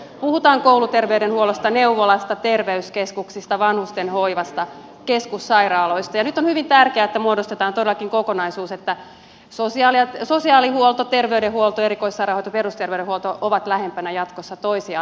puhutaan kouluterveydenhuollosta neuvolasta terveyskeskuksista vanhustenhoivasta keskussairaaloista ja nyt on hyvin tärkeää että muodostetaan todellakin kokonaisuus että sosiaalihuolto terveydenhuolto erikoissairaanhoito ja perusterveydenhuolto ovat jatkossa lähempänä toisiaan